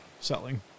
selling